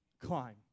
climb